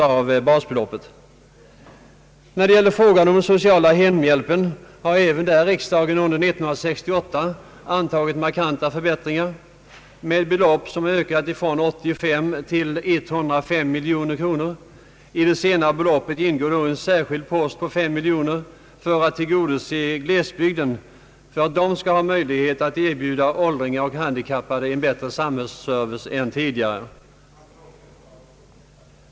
Även när det gäller frågan om den sociala hemhjälpen har riksdagen under 1968 antagit markanta förbättringar med ett belopp som ökat från 85 miljoner till 105 miljoner kronor. I det senare beloppet ingår en särskild post på 5 miljoner kronor för att tillgodose glesbygden, så att den skall ha möjlighet att erbjuda åldringar och handikappade en bättre samhällsservice än tidigare.